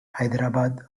hyderabad